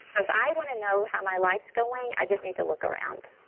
if i want to know how my life's going, i just need to look around